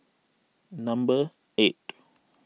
number eight